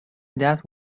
that